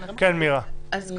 מירה, בבקשה.